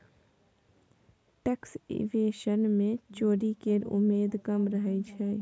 tax evasion मे चोरी केर उमेद कम रहय छै